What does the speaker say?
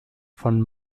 von